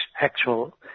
actual